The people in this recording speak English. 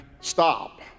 stop